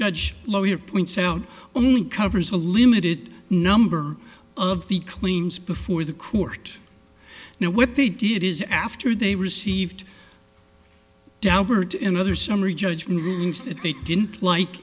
judge lawyer points out only covers a limited number of the claims before the court now what they did is after they received daubert and other summary judgment rulings that they didn't like